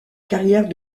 carrière